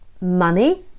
money